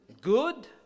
good